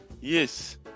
Yes